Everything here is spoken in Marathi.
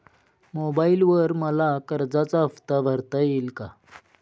मोबाइलवर मला कर्जाचा हफ्ता भरता येईल का?